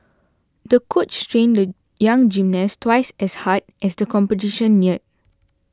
the coach trained the young gymnast twice as hard as the competition neared